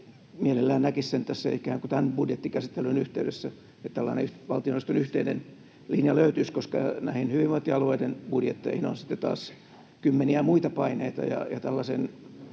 ikään kuin tämän budjettikäsittelyn yhteydessä, että tällainen valtioneuvoston yhteinen linja löytyisi, koska näihin hyvinvointialueiden budjetteihin on sitten taas kymmeniä muita paineita